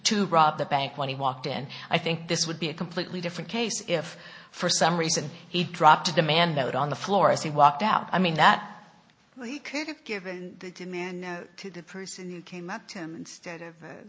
to rob the bank when he walked in i think this would be a completely different case if for some reason he dropped a demand out on the floor as he walked out i mean that he could have given the demand to the person who came up to him instead of